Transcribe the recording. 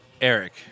Eric